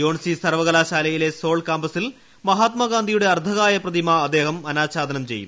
Yonsei സർവകലാശാലയിലെ Seoul ക്ടാമ്പസിൽ മഹാത്മാഗാന്ധിയുടെ അർദ്ധകായ പ്രതിമ അദ്ദേഹം അന്മാഛാദനം ചെയ്യും